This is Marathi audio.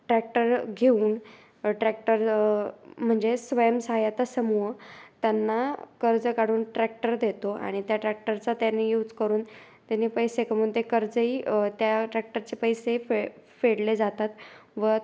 ट्रॅक्टर घेऊन ट्रॅक्टर म्हणजे स्वयं सहाय्यता समूह त्यांना कर्ज काढून ट्रॅक्टर देतो आणि त्या ट्रॅक्टरचा त्यानी यूज करून त्यांनी पैसे कमवून ते कर्जही त्या ट्रॅक्टरचे पैसे फे फेडले जातात व